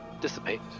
dissipate